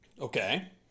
Okay